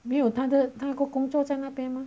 没有他的他的工作在那边吗